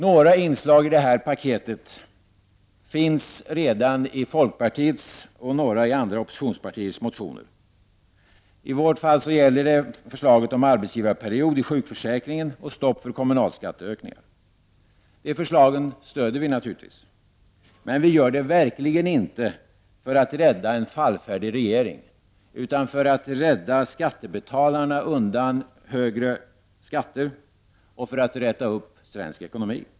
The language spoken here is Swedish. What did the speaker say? Några inslag i det här paketet finns redan i folkpartiets och i andra oppositionspartiers motioner. För folkpartiets del gäller det arbetsgivarperiod i sjukförsäkringen och stopp för kommunalskatteökningar. De förslagen stöder vi naturligtvis. Men vi gör det verkligen inte för att rädda en fallfärdig regeringen utan för att rädda skattebetalarna undan högre skatter och för att räta upp svensk ekonomi.